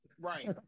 Right